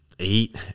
eight